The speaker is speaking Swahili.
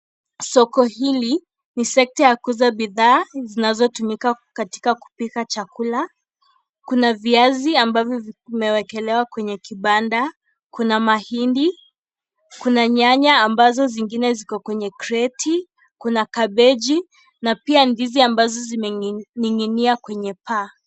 Soko hili ni sector ya kuuza bidhaa zinazotumika katika kupika chakula kuna viazi ambavyo vimewekelewa kwenye kibanda, kuna mahindi, kuna nyanya ambazo zingine ziko kwenye creti kuna cabbagi Na lia ndizi ambazi zimening'inia kwenye paa.